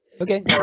okay